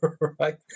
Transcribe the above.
right